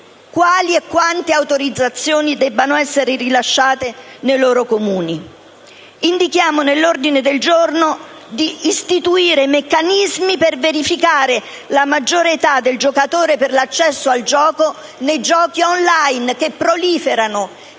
quali e quante autorizzazioni debbano essere rilasciate nei loro Comuni. Nell'ordine del giorno chiediamo di istituire meccanismi per verificare la maggiore età del giocatore per l'accesso ai giochi *online*, che proliferano